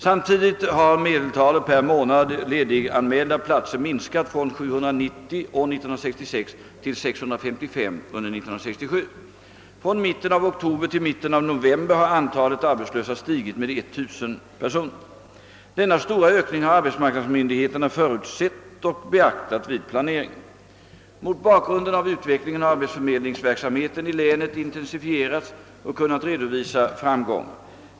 Samtidigt har medeltalet per månad lediganmälda platser minskat från 790 år 1966 till 655 under 1967. Från mitten av oktober till mitten av november har antalet arbetslösa stigit med 1000 personer. Denna stora ökning har arbetsmarknadsmyndigheterna förutsett och beaktat vid planeringen. Mot bakgrunden av utvecklingen har arbetsförmedlingsverksamheten i länet intensifierats och kunnat redovisa framgångar.